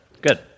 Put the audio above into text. Good